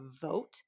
vote